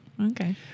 Okay